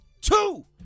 Two